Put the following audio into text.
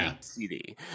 CD